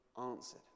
answered